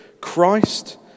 Christ